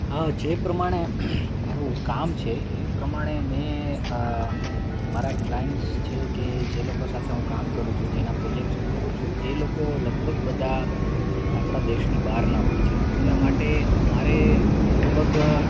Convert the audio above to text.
હા જે પ્રમાણે મારું કામ છે એ પ્રમાણે મેં મારા ક્લાયન્ટસ છે કે જે લોકો સાથે હું કામ કરું છું જેના પ્રોજેક્ટસ હું કરું છું એ લોકો લગભગ બધા આપણા દેશની બહાર ના હોય છે એટલા માટે મારે લગભગ